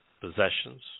possessions